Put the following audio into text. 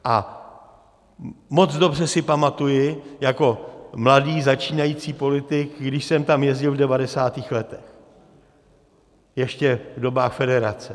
A moc dobře si pamatuji jako mladý začínající politik, když jsem tam jezdil v 90. letech, ještě v dobách federace.